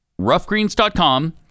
roughgreens.com